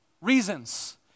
reasons